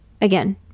Again